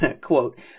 quote